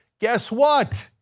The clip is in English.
guess what,